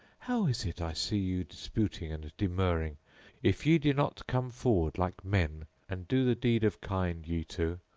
how is it i see you disputing and demurring if ye do not come forward like men and do the deed of kind ye two,